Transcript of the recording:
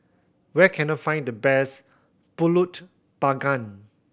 where can I find the best Pulut Panggang